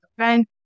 Okay